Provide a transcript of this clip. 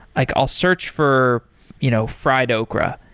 like i'll search for you know fried okra,